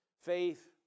Faith